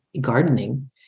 gardening